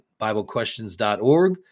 biblequestions.org